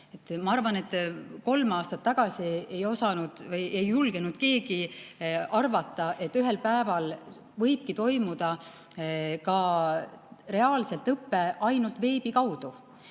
Ma arvan, et kolm aastat tagasi ei osanud või julgenud keegi arvata, et ühel päeval võibki toimuda reaalselt õpe ainult veebi kaudu.